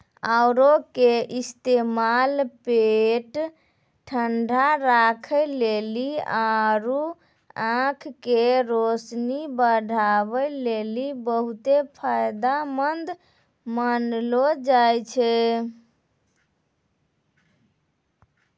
औरा के इस्तेमाल पेट ठंडा राखै लेली आरु आंख के रोशनी बढ़ाबै लेली बहुते फायदामंद मानलो जाय छै